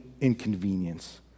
inconvenience